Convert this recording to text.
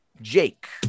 Jake